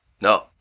no